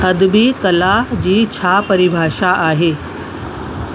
अदबी कला जी छा परिभाषा आहे